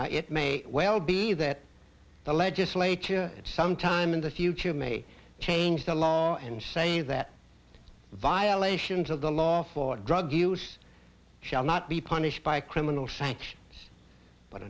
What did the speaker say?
now it may well be that the legislature at some time in the future may change the law and say that violations of the law for drug use shall not be punished by criminal